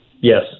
Yes